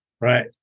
Right